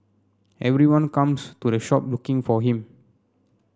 everyone comes to the shop looking for him